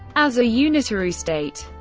as a unitary state,